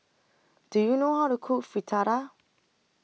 Do YOU know How to Cook Fritada